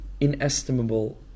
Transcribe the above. inestimable